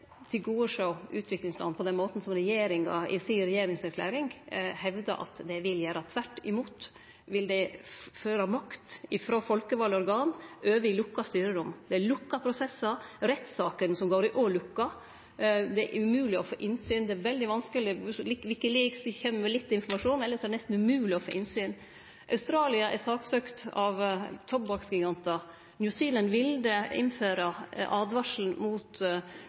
tilgodesjå utviklingsland på den måten som regjeringa i regjeringserklæringa si hevdar at det vil gjere. Tvert imot vil det føre makt frå folkevalde organ over i lukka styrerom. Det er lukka prosessar. Rettssakene som går, er òg lukka. Det er umogleg å få innsyn, det er veldig vanskeleg – WikiLeaks kjem med litt informasjon, elles er det nesten umogleg å få innsyn. Australia er saksøkt av tobakksgigantar. New Zealand ville innføre åtvaring mot